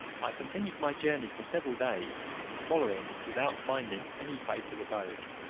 i continued my journey for several days following, without finding any place of abode